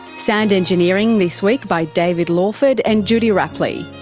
sound engineering this week by david lawford and judy rapley,